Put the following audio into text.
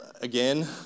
again